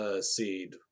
Seed